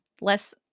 Less